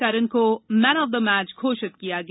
करन को man of the match घोषित किया गया